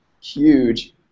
huge